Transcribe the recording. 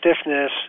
stiffness